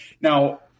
now